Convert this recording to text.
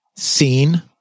seen